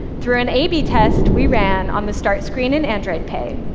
through an a b test we ran on the start screen in android pay,